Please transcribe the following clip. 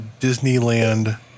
Disneyland